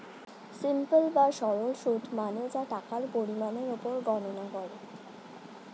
simple বা সরল সুদ মানে যা টাকার পরিমাণের উপর গণনা করে